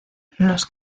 los